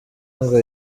ngo